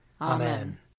Amen